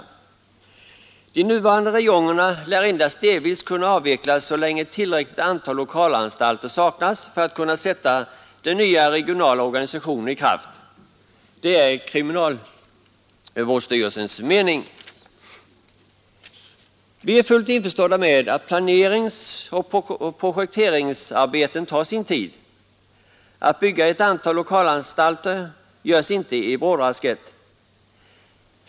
Enligt kriminalvårdsstyrelsens mening lär de nuvarande räjongerna endast delvis kunna avvecklas så länge tillräckligt antal lokalanstalter saknas för att kunna sätta den nya regionala organisationen i kraft. Vi är fullt införstådda med att planeringsoch projekteringsarbeten tar sin tid. Uppbyggandet av ett antal lokalanstalter sker inte i brådrasket.